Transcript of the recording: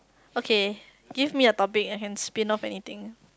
okay give me a topic I can spin off anything